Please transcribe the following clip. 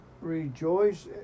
rejoice